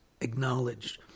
acknowledged